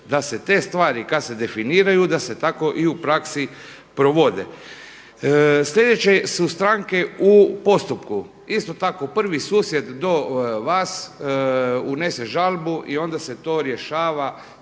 da se te stvari kad se definiraju da se tako i u praksi provode. Slijedeće su stranke u postupku. Isto tako, prvi susjed do vas unese žalbu i onda se to rješava